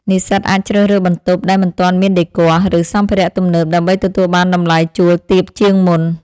និស្សិតអាចជ្រើសរើសបន្ទប់ដែលមិនទាន់មានដេគ័រ ឬសម្ភារៈទំនើបដើម្បីទទួលបានតម្លៃជួលទាបជាងមុន។